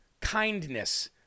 Kindness